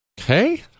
okay